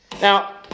Now